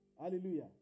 Hallelujah